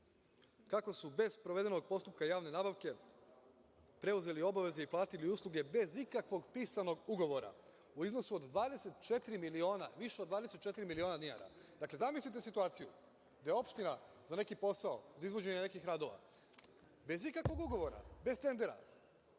kako su bez sprovedenog postupka javne nabavke preuzeli obaveze i platili usluge bez ikakvog pisanog ugovora u iznosu od 24 miliona, više od 24 miliona dinara. Dakle, zamislite situaciju da je opština za neki posao, za izvođenje nekih radova, bez ikakvog ugovora, bez tendera